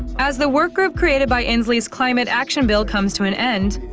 as the workgroup created by inslee's climate action bill comes to an end,